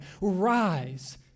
Rise